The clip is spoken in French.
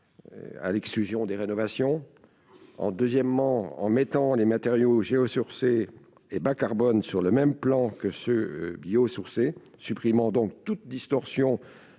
à l'exclusion des rénovations en deuxièmement en mettant les matériaux Géo sur c'est et bas carbone sur le même plan que ce bio-sourcées supprimant donc toute distorsion